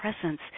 Presence